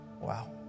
wow